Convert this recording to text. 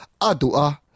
Adu'a